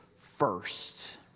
first